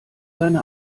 seine